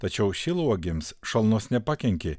tačiau šilauogėms šalnos nepakenkė